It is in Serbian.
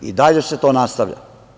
I dalje se to nastavlja.